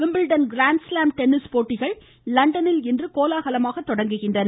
Wimbledon grand slam tennis போட்டிகள் லண்டனில் இன்று கோலாகலமாக தொடங்குகின்றன